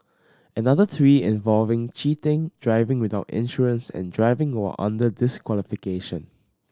another three involve cheating driving without insurance and driving while under disqualification